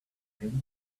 opening